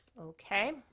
Okay